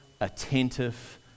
attentive